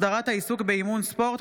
הסדרת העיסוק באימון ספורט),